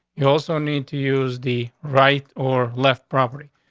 you also need to use the right or left property.